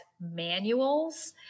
manuals